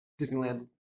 disneyland